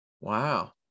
Wow